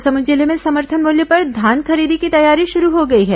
महासमुंद जिले में समर्थन मूल्य पर धान खरीदी की तैयारी शुरू हो गई है